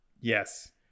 Yes